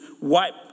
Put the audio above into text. wipe